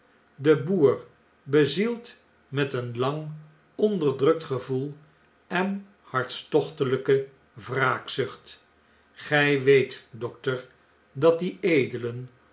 de boer bezield met een lang onderdrukt gevoel en hartstochtelijke wraakzucht gij weet dokter dat die